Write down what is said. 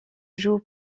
joue